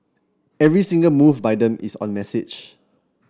every single move by them is on message